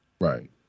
Right